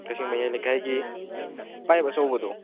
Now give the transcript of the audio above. ꯀꯛꯆꯤꯡ ꯃꯌꯥꯏ ꯂꯩꯀꯥꯏꯒꯤ ꯄꯥꯌꯦꯞ ꯑꯆꯧꯕꯗꯣ